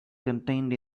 contained